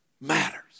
matters